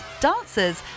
dancers